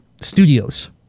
studios